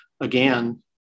again